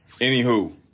Anywho